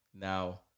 Now